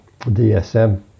DSM